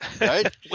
right